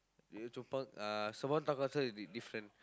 you know Chong-Pang uh Sembawang town council is different